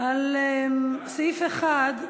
על סעיף 1,